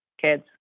kids